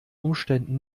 umständen